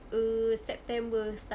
err september start